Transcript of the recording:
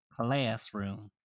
Classroom